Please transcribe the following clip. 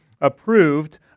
approved